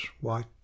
white